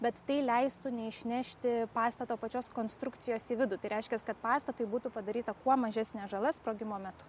bet tai leistų neišnešti pastato pačios konstrukcijos į vidų tai reiškia kad pastatui būtų padaryta kuo mažesnė žala sprogimo metu